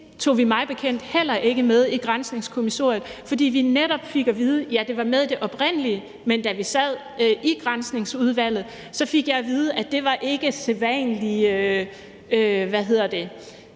tog vi mig bekendt heller ikke med i granskningskommissionens kommissorie, fordi vi netop fik at vide, at det var med i det oprindelige, men da vi sad i Granskningsudvalget, fik jeg at vide, at det ikke var den måde,